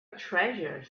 treasure